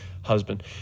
husband